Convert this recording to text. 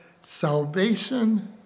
salvation